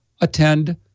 attend